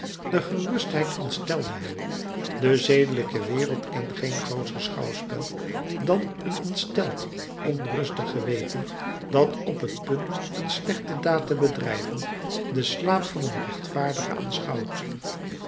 de gerustheid ontstelde hem de zedelijke wereld kent geen grootscher schouwspel dan een ontsteld onrustig geweten dat op t punt een slechte daad te bedrijven den slaap van een rechtvaardige aanschouwt